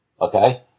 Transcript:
Okay